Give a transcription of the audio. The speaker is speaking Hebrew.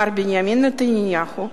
מר בנימין נתניהו,